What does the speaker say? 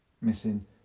missing